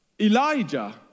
Elijah